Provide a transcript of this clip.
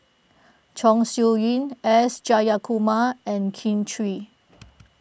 Chong Siew Ying S Jayakumar and Kin Chui